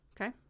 Okay